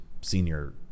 senior